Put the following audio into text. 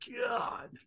God